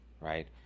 right